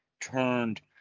turned